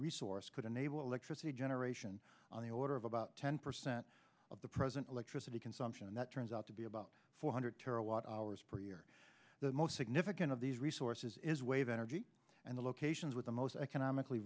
resource could enable electricity generation on the order of about ten percent of the present electricity consumption and that turns out to be about four hundred terawatt hours per year the most significant of these resources is wave energy and the locations with the most economically